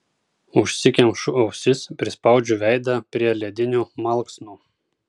užsikemšu ausis prispaudžiu veidą prie ledinių malksnų